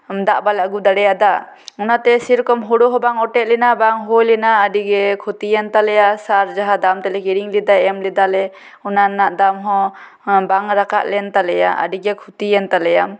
ᱫᱟᱜ ᱵᱟᱞᱮ ᱟᱜᱩ ᱫᱟᱲᱮ ᱟᱫᱟ ᱚᱱᱟᱛᱮ ᱥᱮ ᱨᱚᱠᱚᱢ ᱦᱳᱲᱳ ᱦᱚᱸ ᱵᱟᱝ ᱚᱴᱮᱡ ᱞᱮᱱᱟ ᱵᱟᱝ ᱦᱩᱭ ᱞᱮᱱᱟ ᱟᱹᱰᱤ ᱜᱮ ᱠᱷᱚᱛᱤᱭᱮᱱ ᱛᱟᱞᱮᱭᱟ ᱥᱟᱨ ᱡᱟᱦᱟᱸ ᱫᱟᱢ ᱛᱮᱞᱮ ᱠᱤᱨᱤᱧ ᱞᱮᱫᱟ ᱮᱢ ᱞᱮᱫᱟᱞᱮ ᱚᱱᱟ ᱨᱮᱱᱟᱜ ᱫᱟᱢ ᱦᱚᱸ ᱵᱟᱝ ᱨᱟᱠᱟᱵᱽ ᱞᱮᱱ ᱛᱟᱞᱮᱭᱟ ᱟᱹᱰᱤ ᱜᱮ ᱠᱷᱚᱛᱚᱭᱮᱱ ᱛᱟᱞᱮᱭᱟ